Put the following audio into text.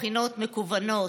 בחינות מקוונות,